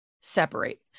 separate